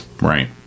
Right